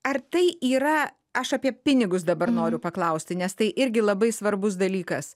ar tai yra aš apie pinigus dabar noriu paklausti nes tai irgi labai svarbus dalykas